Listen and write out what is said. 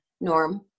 Norm